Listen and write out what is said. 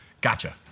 gotcha